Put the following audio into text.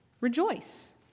Rejoice